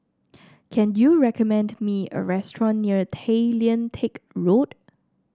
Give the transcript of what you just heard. can you recommend me a restaurant near Tay Lian Teck Road